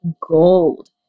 gold